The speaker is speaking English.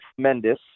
tremendous